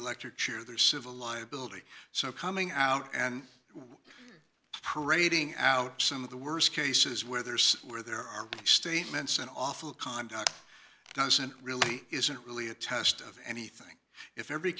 electric chair their civil liability so coming out and parading out some of the worst cases where there's where there are statements and awful conduct doesn't really isn't really a test of anything if every